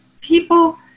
People